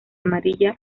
amarilla